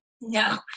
No